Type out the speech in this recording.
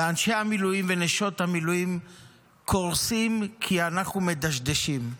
ואנשי המילואים ונשות המילואים קורסים כי אנחנו מדשדשים.